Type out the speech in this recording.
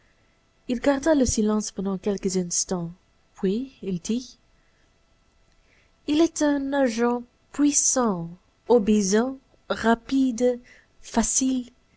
il garda le silence pendant quelques instants puis il dit il est un agent puissant obéissant rapide facile